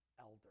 elder